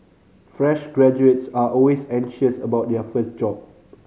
fresh graduates are always anxious about their first job